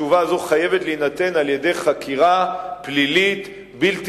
התשובה הזאת חייבת להינתן על-ידי חקירה פלילית בלתי